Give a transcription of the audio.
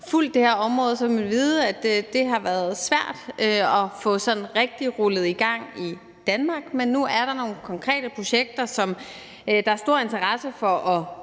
fulgt det her område, vil man vide, at det har været svært sådan rigtig at få rullet i gang i Danmark, men nu er der nogle konkrete projekter, som der er stor interesse for at